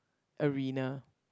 arena